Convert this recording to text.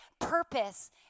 purpose